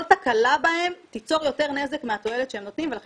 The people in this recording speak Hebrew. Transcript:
תקלה בהם תיצור יותר נזק מהתועלת שהם נותנים ולכן